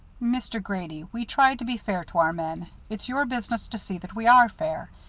mr. grady, we try to be fair to our men. it's your business to see that we are fair,